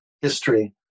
history